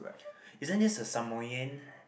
isn't this the Samoyed